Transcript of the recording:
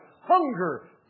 hunger